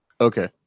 okay